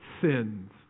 sins